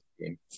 game